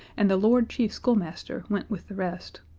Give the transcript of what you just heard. and the lord chief schoolmaster went with the rest.